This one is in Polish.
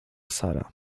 sara